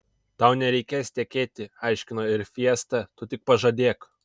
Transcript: tau nereikės tekėti aiškino ir fiesta tu tik pažadėk